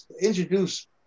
introduce